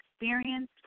experience